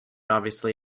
obviously